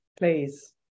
Please